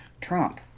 Trump